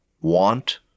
want